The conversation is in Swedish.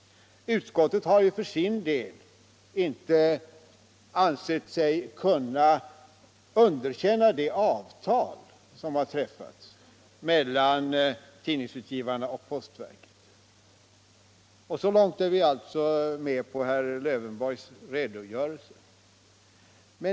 Utskottet har för sin del inte ansett sig kunna underkänna det avtal som har träffats mellan tidningsutgivarna och postverket. Så långt är alltså herr Lövenborgs redogörelse riktig.